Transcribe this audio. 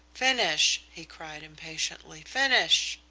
finish! he cried impatiently. finish!